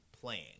playing